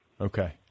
Okay